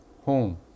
home